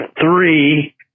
three